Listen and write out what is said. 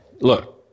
Look